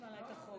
החוק